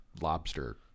lobster